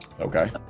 Okay